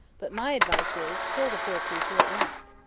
but my advice is, kill the poor creature at once.